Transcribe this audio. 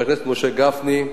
חבר הכנסת משה גפני,